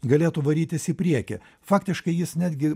galėtų varytis į priekį faktiškai jis netgi